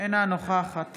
אינה נוכחת